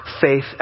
faith